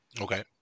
Okay